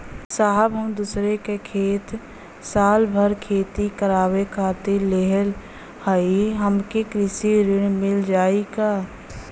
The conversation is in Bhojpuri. साहब हम दूसरे क खेत साल भर खेती करावे खातिर लेहले हई हमके कृषि ऋण मिल जाई का?